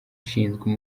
ishinzwe